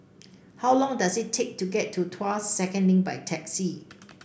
how long does it take to get to Tuas Second Link by taxi